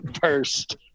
first